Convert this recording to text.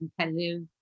competitive